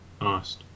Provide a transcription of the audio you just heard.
asked